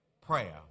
prayer